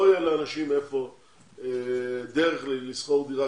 לא תהיה לאנשים דרך לשכור דירה,